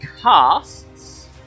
casts